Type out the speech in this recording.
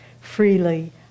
freely